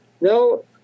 No